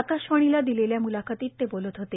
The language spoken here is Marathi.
आकाशवाणीला दिलेल्या मुलाखतीत ते बोलत होते